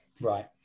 Right